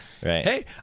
Hey